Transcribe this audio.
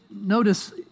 notice